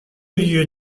lieu